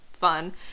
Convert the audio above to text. fun